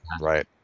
right